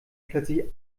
plötzlich